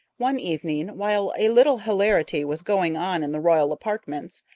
one evening, while a little hilarity was going on in the royal apartments,